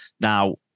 Now